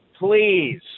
please